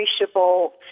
appreciable